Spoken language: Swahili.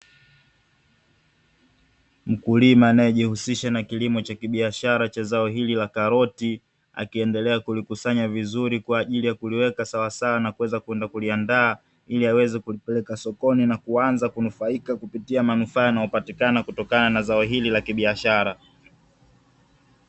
Mkulima anayejihusisha na kilimo cha kibiashara cha zao hili la karoti, akiendelea kulikusanya vizuri kwa ajili ya kuliweka sawasawa na kuweza kwenda kuliandaa, ili aweze kulipeleka sokoni, na kuanza kunufaika, kupitia manufaa yanayopatikana kutokana na zao hili la kibiashara.